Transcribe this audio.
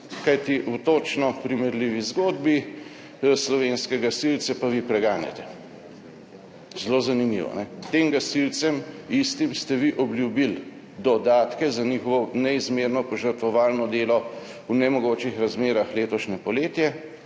Kajti v točno primerljivi zgodbi pa slovenske gasilce vi preganjate. Zelo zanimivo, ali ne? Ti isti gasilci, ki ste jim vi obljubili dodatke za njihovo neizmerno požrtvovalno delo v nemogočih razmerah letošnje poletje